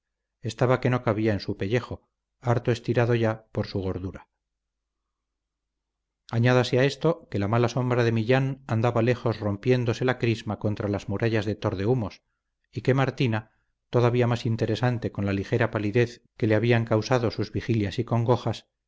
estaba que no cabía en su pellejo harto estirado ya por su gordura añádase a esto que la mala sombra de millán andaba lejos rompiéndose la crisma contra las murallas de tordehumos y que martina volvía más interesante con la ligera palidez que le habían causado sus vigilias y